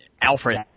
Alfred